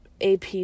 AP